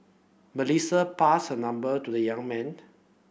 Melissa passed her number to the young man